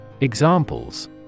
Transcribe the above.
Examples